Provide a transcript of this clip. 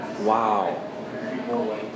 Wow